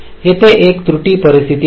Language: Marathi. येथे एक त्रुटी परिस्थिती आहे